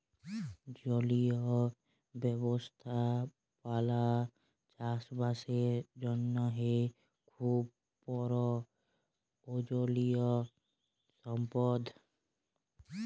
জলীয় ব্যবস্থাপালা চাষ বাসের জ্যনহে খুব পরয়োজলিয় সম্পদ